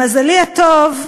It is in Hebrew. למזלי הטוב,